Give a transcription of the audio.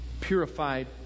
purified